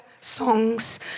songs